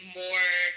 more